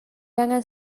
angen